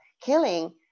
killing